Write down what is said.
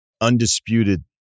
undisputed